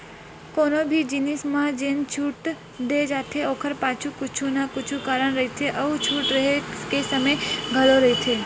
कोनो भी जिनिस म जेन छूट दे जाथे ओखर पाछू कुछु न कुछु कारन रहिथे अउ छूट रेहे के समे घलो रहिथे